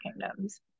kingdoms